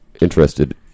interested